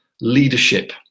leadership